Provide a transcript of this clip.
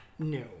No